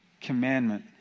commandment